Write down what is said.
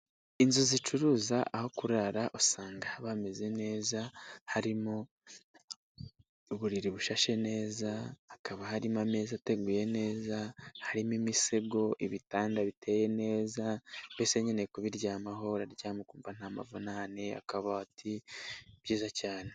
Inzu zicuruza aho kurara usanga haba hameze neza harimo uburiri bushashe neza, hakaba harimo ameza ateguye neza, harimo imisego, ibitanda biteye neza mbese nyine kubiryamaho uraryama ukumvamva nta mavunane, akabati byiza cyane.